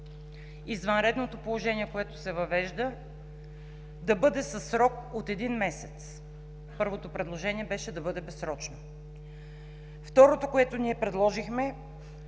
извънредното положение, което се въвежда, да бъде със срок от един месец – първото предложение беше да бъде безсрочно. Второто, което ние предложихме